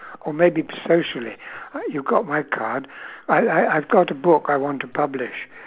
or maybe socially uh you got my card I've I've I've got a book I want to publish